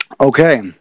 Okay